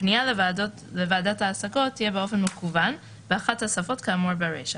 "הפנייה לוועדת ההשמות תהיה באופן מקוון באחת השפות כאמור ברישה,